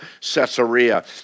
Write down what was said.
Caesarea